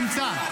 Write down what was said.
תמצא.